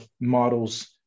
models